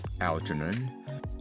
Algernon